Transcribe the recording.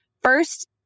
first